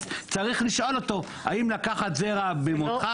צריך לשאול אותו האם לקחת זרע במותך,